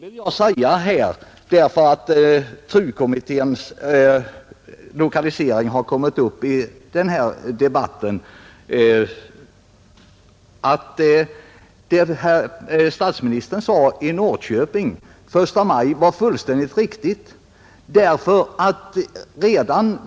Sedan vill jag, eftersom nu frågan om TRU-kommitténs lokalisering har kommit upp i denna debatt, bekräfta att vad statsministern sade i Norrköping den 1 maj är fullständigt riktigt.